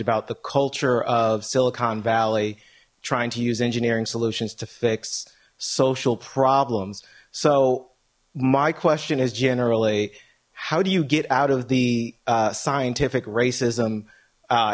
about the culture of silicon valley trying to use engineering solutions to fix social problems so my question is generally how do you get out of the scientific racism